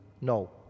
No